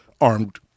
armed